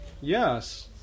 yes